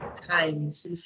times